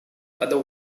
other